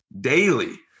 daily